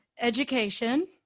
education